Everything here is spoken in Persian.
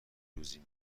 روزی